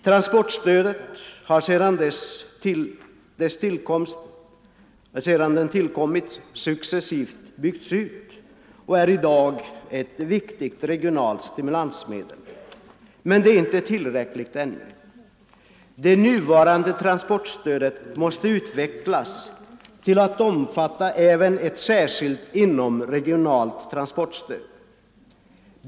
Transportstödet har sedan det tillkommit successivt byggts ut och är i dag ett viktigt regionalt stimulansmedel. Men det är inte tillräckligt ännu. Det nuvarande transportstödet måste utvecklas till att omfatta även ett särskilt inomregionalt transportstöd.